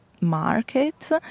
market